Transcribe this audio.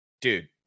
dude